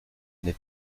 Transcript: n’est